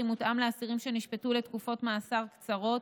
מותאם לאסירים שנשפטו לתקופות מאסר קצרות,